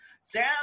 sam